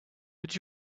but